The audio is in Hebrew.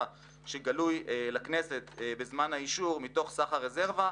שגלוי לכנסת בזמן האישור מתוך סך הרזרבה.